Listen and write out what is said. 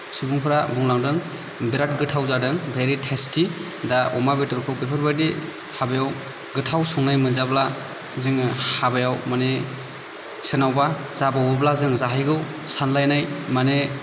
सुबुंफोरा बुंलांदों बेराद गोथाव जादों भेरि टेस्टि दा अमा बेदरखौ बेफोरबादि हाबायाव गोथाव संनाय मोनजाब्ला जोङो हाबायाव माने सोरनावबा जाबावोब्ला जों जाहैगौ सानलायनाय माने